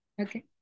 Okay